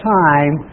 time